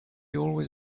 always